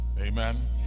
Amen